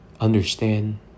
Understand